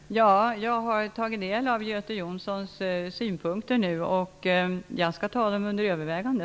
Fru talman! Jag har nu tagit del av Göte Jonssons synpunkter. Jag skall ta dem under övervägande.